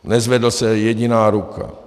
Nezvedla se jediná ruka.